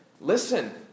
listen